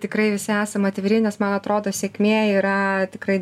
tikrai visi esam atviri nes man atrodo sėkmė yra tikrai